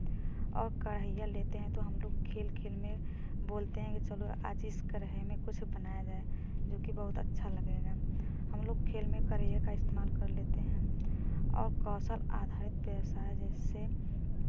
और कड़हैया लेते हैं तो हम लोग खेल खेल में बोलते हैं कि चलो आज इस कड़ाही में कुछ बनाया जाए जो कि बहुत अच्छा लगेगा हम लोग खेल में करहैया का इस्तेमाल कर लेते हैं और कौशल आधारित व्यवसाय है जैसे